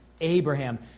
Abraham